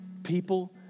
people